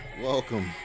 welcome